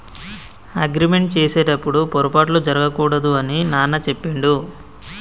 agreement చేసేటప్పుడు పొరపాట్లు జరగకూడదు అని నాన్న చెప్పిండు